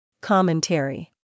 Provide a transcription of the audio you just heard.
Commentary